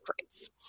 rates